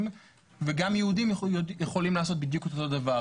וגם יהודים יכולים לעשות בדיוק את אותו דבר,